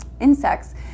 insects